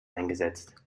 eingesetzt